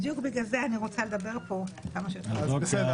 בדיוק בגלל זה אני רוצה לדבר פה כמה שיותר --- יו"ר